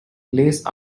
lace